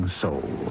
soul